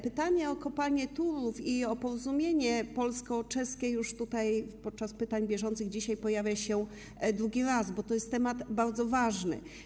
Pytanie o kopalnię Turów i o porozumienie polsko-czeskie w ramach pytań bieżących dzisiaj pojawia się już drugi raz, bo to jest temat bardzo ważny.